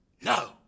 No